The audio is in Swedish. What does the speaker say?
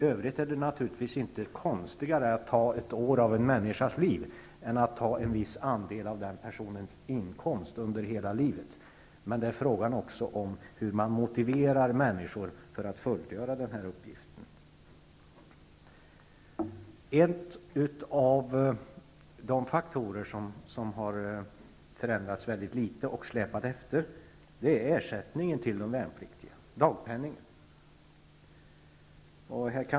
Det är i och för sig inte konstigare att ta ett år av en människas liv än att ta en viss andel av en persons inkomst under hela livet, men det är också en fråga om hur man motiverar människor för att fullgöra denna uppgift. En av de faktorer som har förändrats mycket litet och som har släpat efter är de värnpliktigas dagpenning.